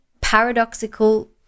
paradoxical